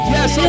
Yes